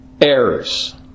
errors